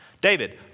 David